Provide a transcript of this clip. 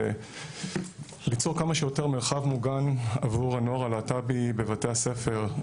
זה ליצור כמה שיותר מרחב מוגן עבור הנוער הלהט"בי בבית הספר.